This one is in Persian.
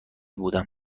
بودم